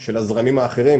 של הזרמים האחרים,